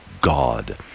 God